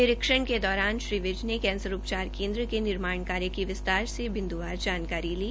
निरीक्षण के दौरान श्रीविज ने कैंसर उपचार के निर्माण कार्य की विस्तार से बिंद्वार जानकार ली